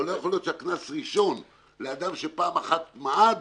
אבל לא יכול להיות שקנס ראשון לאדם שפעם אחת מעד